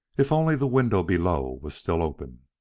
if only the window below was still open!